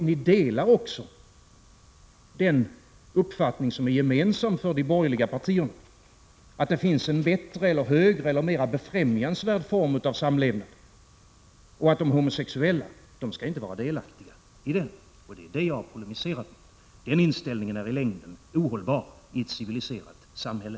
Ni delar också den uppfattning som är gemensam för de borgerliga partierna, att det finns en bättre, högre eller mera befrämjansvärd form av samlevnad och att de homosexuella inte skall få vara delaktiga i den. Det är det jag polemiserar mot. Den inställningen är i längden ohållbar i ett civiliserat samhälle.